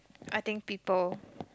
I think people